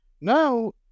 Now